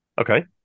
Okay